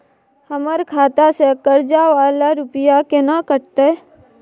हमर खाता से कर्जा वाला रुपिया केना कटते?